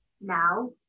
now